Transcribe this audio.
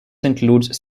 includes